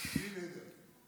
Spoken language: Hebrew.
בלי נדר.